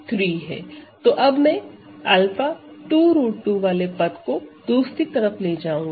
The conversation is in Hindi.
तो अब मैं 𝛂 2 √2 वाले पद को दूसरी तरफ ले जाऊँगा